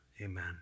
Amen